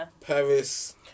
Paris